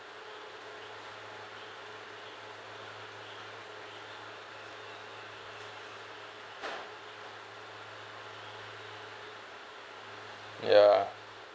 ya